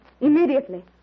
immediately